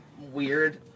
weird